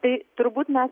tai turbūt mes